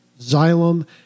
Xylem